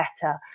better